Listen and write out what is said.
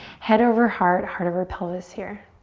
head over heart, heart over pelvis here.